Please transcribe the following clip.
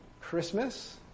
Christmas